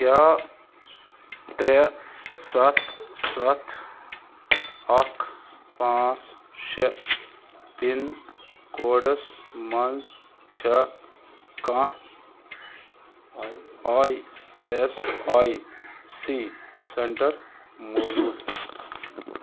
کیٛاہ ترے سَتھ سَتھ اکھ پانٛژھ شیٚے پِن کوڈس مَنٛز چھا کانٛہہ I S I C centre موٗجوٗد